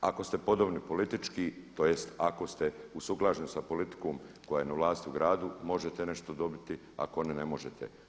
Ako ste podobni politički tj. ako ste usuglašeni sa politikom koja je na vlasti u gradu možete nešto dobiti ako ne ne možete.